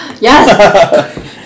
Yes